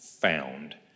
found